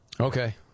Okay